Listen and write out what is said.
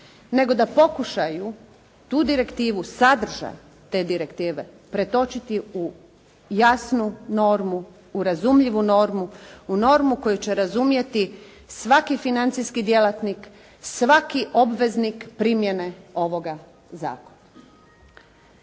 nego da pokušaju tu direktivu, sadržaj te direktive pretočiti u jasnu normu, u razumljivu normu, u normu koju će razumjeti svaki financijski djelatnik, svaki obveznik primjene ovoga zakona.